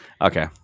okay